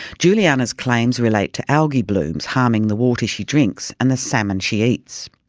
julianna's claims relate to algae blooms harming the water she drinks and the salmon she eats.